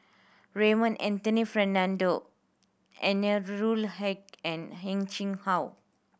Raymond Anthony Fernando Anwarul Haque and Heng Chee How